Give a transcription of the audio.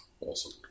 Awesome